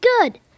good